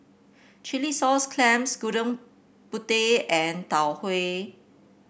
Chilli Sauce Clams Gudeg Putih and Tau Huay